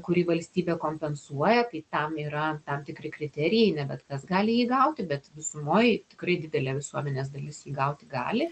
kurį valstybė kompensuoja kai tam yra tam tikri kriterijai ne bet kas gali jį įgauti bet visumoj tikrai didelė visuomenės dalis jį gauti gali